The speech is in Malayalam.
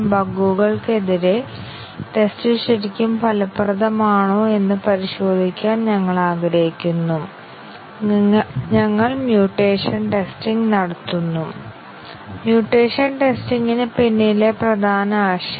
അതിനാൽ പ്രാക്റ്റികൽ പാത്ത് പരിശോധന അനുഭവത്തിൽ നിന്നും ജഡ്ജ്മെന്റ് ഇൽ നിന്നും ടെസ്റ്റ് ഡാറ്റയുടെ പ്രാരംഭ സെറ്റ് ടെസ്റ്റർ നിർദ്ദേശിക്കുന്നു